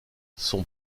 son